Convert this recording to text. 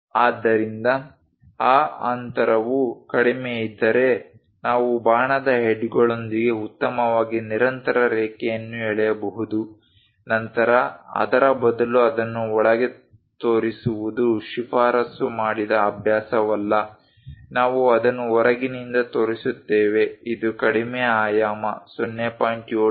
ಆದ್ದರಿಂದ ಆ ಅಂತರವು ಕಡಿಮೆಯಿದ್ದರೆ ನಾವು ಬಾಣದ ಹೆಡ್ಗಳೊಂದಿಗೆ ಉತ್ತಮವಾಗಿ ನಿರಂತರ ರೇಖೆಯನ್ನು ಎಳೆಯಬಹುದು ನಂತರ ಅದರ ಬದಲು ಅದನ್ನು ಒಳಗೆ ತೋರಿಸುವುದು ಶಿಫಾರಸು ಮಾಡಿದ ಅಭ್ಯಾಸವಲ್ಲ ನಾವು ಅದನ್ನು ಹೊರಗಿನಿಂದ ತೋರಿಸುತ್ತೇವೆ ಇದು ಕಡಿಮೆ ಆಯಾಮ 0